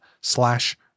slash